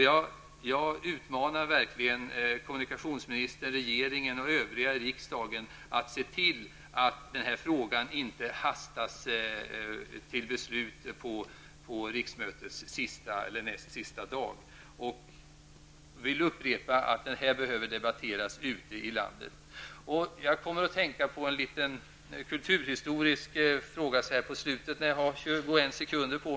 Jag uppmanar kommunikationsministern, regeringen och övriga ledamöter i riksdagen att se till att den här frågan inte hastas fram till beslut på riksmötets sista eller näst sista dag. Frågan behöver -- jag upprepar det -- debatteras ute i landet. Nu när jag har 21 sekunder på mig, kommer jag att tänka på en liten kulturhistorisk fråga.